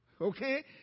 Okay